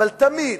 אבל תמיד,